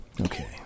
okay